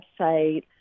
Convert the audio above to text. website